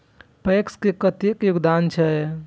PACS के कतेक योगदान छै?